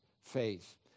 faith